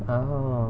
orh